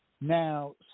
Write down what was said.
Now